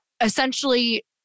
essentially